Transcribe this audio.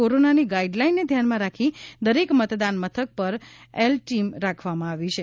કોરોનાની ગાઈડલાઈનને ધ્યાનમાં રાખી દરેક મતદાન મથક પર એલ ટીમ રાખવામાં આવી છે